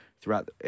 throughout